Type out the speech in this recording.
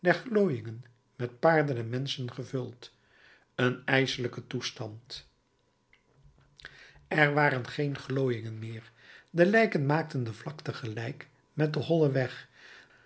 met paarden en menschen gevuld een ijselijke toestand er waren geen glooiingen meer de lijken maakten de vlakte gelijk met den hollen weg